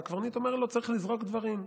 והקברניט אומר לו: צריך לזרוק דברים.